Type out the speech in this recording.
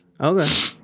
okay